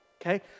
Okay